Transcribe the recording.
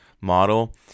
model